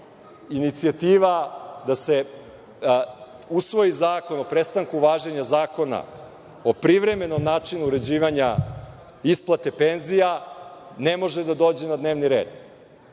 inicijativa da se usvoji Zakon o prestanku važenja Zakona o privremenom načinu uređivanja isplate penzija ne može da dođe na dnevni red.